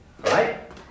right